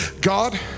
God